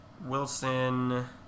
Wilson